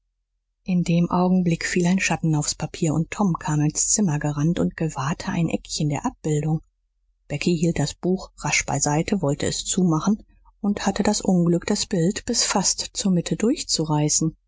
in dem augenblick fiel ein schatten aufs papier und tom kam ins zimmer gerannt und gewahrte ein eckchen der abbildung becky hielt das buch rasch beiseite wollte es zumachen und hatte das unglück das bild bis fast zur mitte durchzureißen